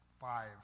Five